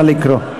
נא לקרוא.